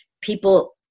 people